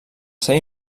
seva